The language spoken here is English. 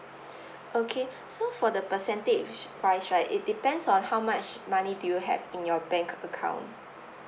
okay so for the percentage wise right it depends on how much money do you have in your bank account